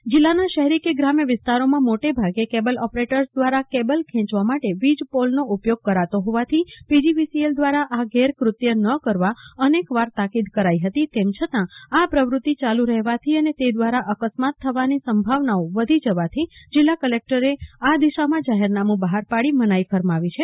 જાહેરનામુ જિલ્લાના શહેરી કે ગ્રામ્ય વિસ્તારોમાં મોટે ભાગે કેબલ ઓપરેટર્સ દ્રારા કેબલ ખેંચવા માટે વીજપોલનો ઉપયોગ કરાતો હોવાથી પીજીવીસીએલ દ્રારા આ ગેરકૃત્ય ન કરવા અનેકવાર તાકીદ કરાઈ હતી તમ છતા આ પ્રવૃતિ યાલુ હોવાથી અને તે દ્રારા અકસ્માત થવાની સંભાવનાઓ વધી જવાથી જિલ્લા કલેક્ટરે આ દિશામાં જાહેરનામું બહાર પાડીને મનાઈ ફરમાવી છે